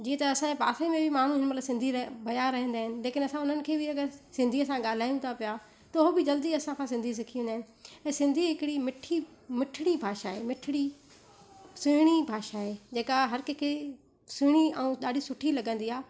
जीअं त असांजे पासे में बि माण्हू मतिलब सिंधी लाइ भया रहंदा आहिनि लेकिन असां हुननि खे बि अगरि सिंधीअ सां ॻाल्हायूं था पिया त हुओ बि जल्दी असां खां सिंधी सिखी वेंदा आहिनि ऐं सिंधी हिकिड़ी मिठी मिठड़ी भाषा आहे मिठड़ी सुहिणी भाषा आहे जेका हर कंहिंखे सुहिणी ऐं ॾाढी सुठी लॻंदी आहे